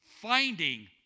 Finding